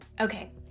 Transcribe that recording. Okay